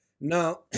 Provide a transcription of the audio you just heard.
Now